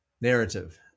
narrative